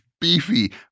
beefy